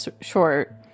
short